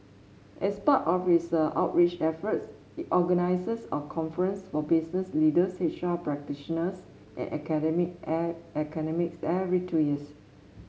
as part of its outreach efforts it organises a conference for business leaders H R practitioners and academics every two years